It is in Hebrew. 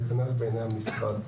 וכנ"ל בעיני המשרד.